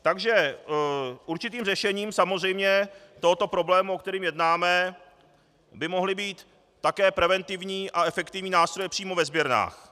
Takže určitým řešením samozřejmě tohoto problému, o kterém jednáme, by mohly být také preventivní a efektivní nástroje přímo ve sběrnách.